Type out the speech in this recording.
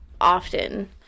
often